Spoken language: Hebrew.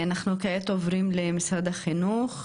אנחנו עוברים כעת למשרד החינוך,